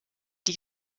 die